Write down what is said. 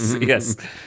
yes